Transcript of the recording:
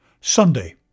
Sunday